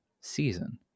season